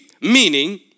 Meaning